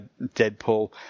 Deadpool